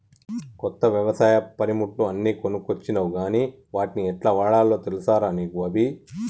కొత్త వ్యవసాయ పనిముట్లు అన్ని కొనుకొచ్చినవ్ గని వాట్ని యెట్లవాడాల్నో తెలుసా రా నీకు అభి